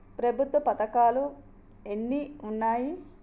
ప్రభుత్వ పథకాలు ఎన్ని ఉన్నాయి?